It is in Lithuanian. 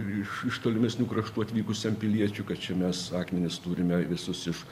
iš tolimesnių kraštų atvykusiam piliečiui kad čia mes akmenis turime visus iš